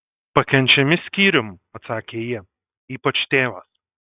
pakenčiami skyrium atsakė ji ypač tėvas